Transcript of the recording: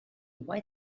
white